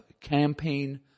campaign